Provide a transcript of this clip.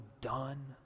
done